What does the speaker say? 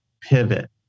pivot